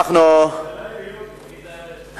תגיד את האמת.